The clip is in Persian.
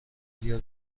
بیا